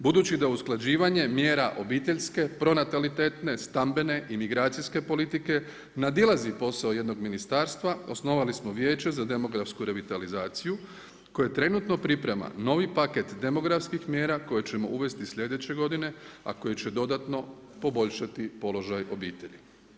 Budući da usklađivanje mjera obiteljske, pronatalitetne, stambene i migracijske politike, nadilazi posao jednog ministarstva, osnovali smo Vijeće za demografsku revitalizaciju koje trenutno priprema novi paket demografskih mjera koje ćemo uvesti slijedeće godine a koje će dodatno poboljšati položaj obitelji.